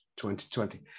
2020